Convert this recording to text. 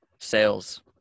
sales